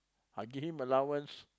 I give him allowance